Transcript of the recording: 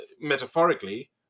metaphorically